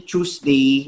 Tuesday